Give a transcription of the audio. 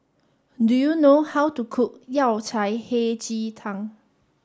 do you know how to cook Yao Cai Hei Ji Tang